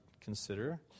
consider